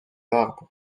arbres